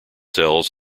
cells